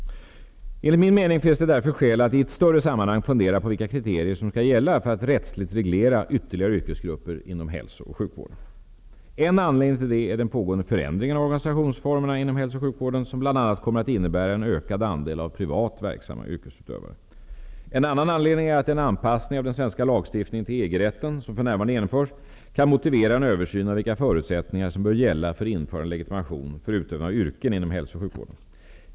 Enligt min mening finns det skäl att i ett större sammanhang fundera på vilka kriterier som skall gälla för att rättsligt reglera ytterligare yrkesgrupper inom hälso och sjukvården. En anledning till det är den pågående förändringen av organisationsformerna inom hälso och sjukvården som bl.a. kommer att innebära en ökad andel av privat verksamma yrkesutövare. En annan anledning är att den anpassning av den svenska lagstiftningen till EG-rätten som för närvarande genomförs kan motivera en översyn av vilka förutsättningar som bör gälla för införande av legitimation för utövning av yrken inom hälso och sjukvården.